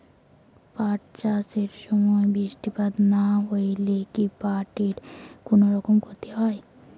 পাট চাষ এর সময় বৃষ্টিপাত না হইলে কি পাট এর কুনোরকম ক্ষতি হয়?